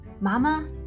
Mama